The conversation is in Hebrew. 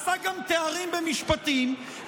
עשה גם תארים במשפטים,